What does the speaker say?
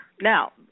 Now